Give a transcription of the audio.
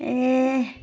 ए